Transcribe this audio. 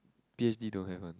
p_h_d don't have one